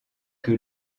que